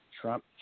Trump